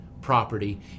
property